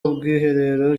ubwiherero